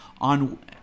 On